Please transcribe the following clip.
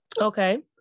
Okay